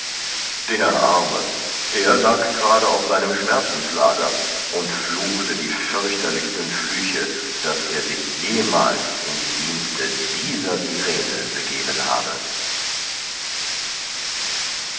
der arme er lag gerade jetzt auf seinem schmerzenslager und fluchte die fürchterlichsten flüche daß er sich jemals in die dienste dieser sirene begeben habe